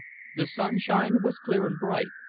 the sunshine was clear and bright,